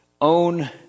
own